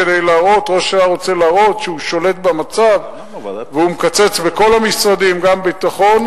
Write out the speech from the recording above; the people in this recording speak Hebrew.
כדי להראות ששר האוצר שולט במצב ומקצץ בכל המשרדים וגם בביטחון.